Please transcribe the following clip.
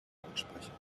lautsprecher